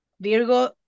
Virgo